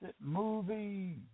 Movie